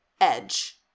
Edge